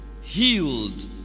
healed